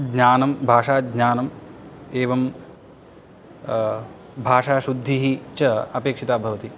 ज्ञानं भाषाज्ञानम् एवं भाषाशुद्धिः च अपेक्षिता भवति